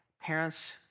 parents